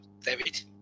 David